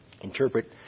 Interpret